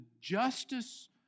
justice